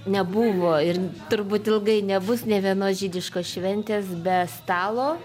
nebuvo ir turbūt ilgai nebus nė vienos žydiškos šventės be stalo